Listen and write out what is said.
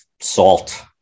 Salt